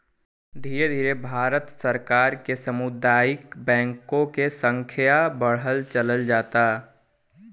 धीरे धीरे भारत में सामुदायिक बैंक के संख्या बढ़त चलल जाता